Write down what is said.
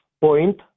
point